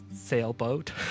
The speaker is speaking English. sailboat